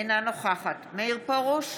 אינה נוכחת מאיר פרוש,